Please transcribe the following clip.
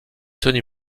tony